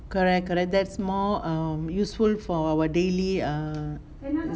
correct correct um that's more um useful for our daily err